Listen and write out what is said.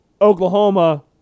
Oklahoma